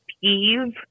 peeve